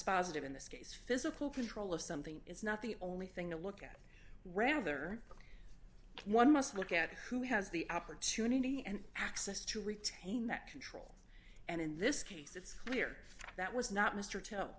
dispositive in this case physical control of something is not the only thing to look at rather one must look at who has the opportunity and access to retain that control and in this case it's clear that was not mr tell